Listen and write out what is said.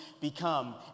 become